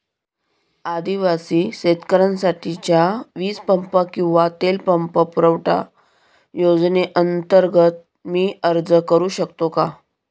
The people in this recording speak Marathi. आदिवासी शेतकऱ्यांसाठीच्या वीज पंप किंवा तेल पंप पुरवठा योजनेअंतर्गत मी अर्ज करू शकतो का?